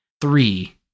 three